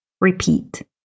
repeat